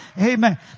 Amen